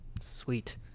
sweet